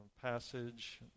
passage